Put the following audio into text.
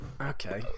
Okay